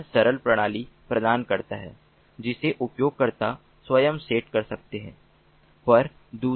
यह सरल प्रणाली प्रदान करता है जिसे उपयोगकर्ता स्वयं सेट कर सकते हैं